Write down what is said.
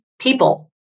people